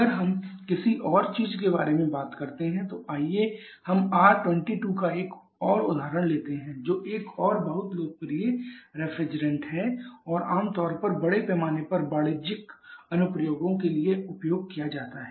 अगर हम किसी और चीज के बारे में बात करते हैं तो आइए हम R22 का एक और उदाहरण लेते हैं जो एक और बहुत लोकप्रिय रेफ्रिजरेंट है और आमतौर पर बड़े पैमाने पर वाणिज्यिक अनुप्रयोगों के लिए उपयोग किया जाता है